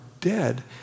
dead